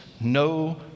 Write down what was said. no